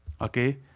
Okay